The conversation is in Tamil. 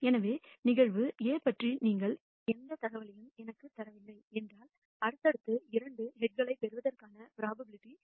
எனவே நிகழ்வு A பற்றி நீங்கள் எந்த தகவலையும் எனக்குத் தரவில்லை என்றால் அடுத்தடுத்து இரண்டு ஹெட்களைப் பெறுவதற்கான ப்ரோபபிலிட்டி 0